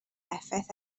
effaith